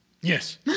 Yes